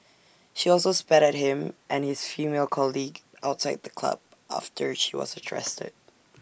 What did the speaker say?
she also spat at him and his female colleague outside the club after she was trusted